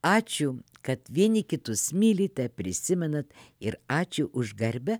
ačiū kad vieni kitus mylite prisimenat ir ačiū už garbę